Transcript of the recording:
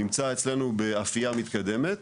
נמצא אצלנו ב"אפייה מתקדמת".